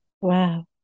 Wow